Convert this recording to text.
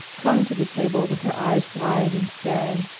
clung to the table with her eyes wide and staring.